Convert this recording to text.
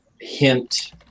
hint